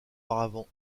auparavant